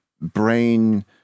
brain